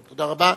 תודה רבה.